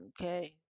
Okay